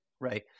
right